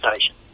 Station